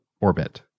orbit